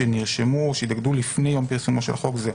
שנרשמו או שהתאגדו לפני יום פרסומו של חוק זה.